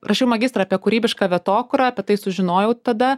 rašiau magistrą apie kūrybišką vietokūrą apie tai sužinojau tada